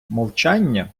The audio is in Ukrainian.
мовчання